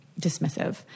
dismissive